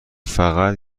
فقط